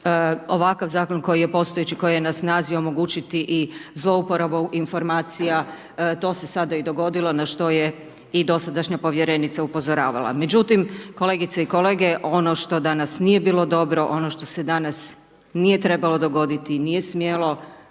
ovakav Zakon koji je postojeći i koji je na snazi, omogućiti i zlouporabu informacija, to se sada i dogodilo, na što je i dosadašnja Povjerenica upozoravala. Međutim, kolegice i kolege, ono što danas nije bilo dobro, ono što se danas nije trebalo dogoditi, nije smjelo,